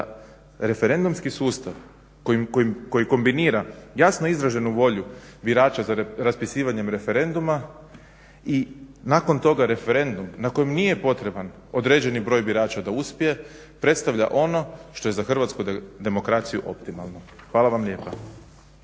referendumski sustav koji kombinira jasno izraženu volju birača za raspisivanjem referenduma i nakon toga referendum na kojem nije potreban određeni broj birača da uspije predstavlja ono što je za Hrvatsku demokraciju optimalno. Hvala vam lijepa.